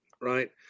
right